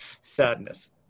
sadness